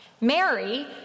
Mary